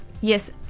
yes